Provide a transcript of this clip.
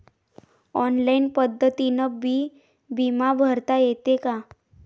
Online पद्धतीनं बी बिमा भरता येते का?